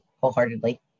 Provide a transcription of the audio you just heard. wholeheartedly